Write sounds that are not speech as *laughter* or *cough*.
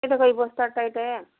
*unintelligible* ବସ୍ତାଟା ଏଇଟା